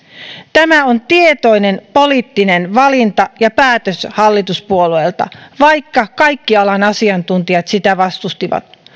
tämä on tietoinen poliittinen valinta ja päätös hallituspuolueilta vaikka kaikki alan asiantuntijat sitä vastustivat